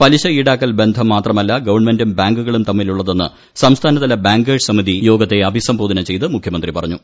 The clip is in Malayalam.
പലിശ ഈടാക്കൽ ബന്ധം മാത്രമല്ല ഗവൺമെന്റും ബാങ്കുകളും തമ്മിലുള്ളതെന്ന് സംസ്ഥാനതല ബാങ്കേഴ്സ് സമിതി യോഗത്തെ അഭിസംബോധന ചെയ്ത് മുഖ്യമന്ത്രി പറഞ്ഞു